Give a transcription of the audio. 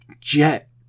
Jet